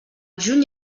juny